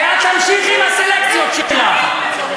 ואת תמשיכי עם הסלקציות שלך.